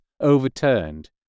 overturned